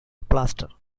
plaster